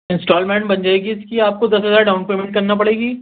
instalment بن جائے گی اس کی آپ کو دس ہزار ڈاؤن پیمنٹ کرنا پڑے گی